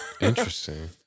Interesting